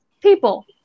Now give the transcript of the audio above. people